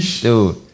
Dude